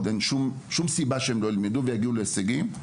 ואין שום סיבה שהם לא ילמדו ויגיעו להישגים.